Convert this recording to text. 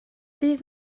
dydd